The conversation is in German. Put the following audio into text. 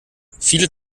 viele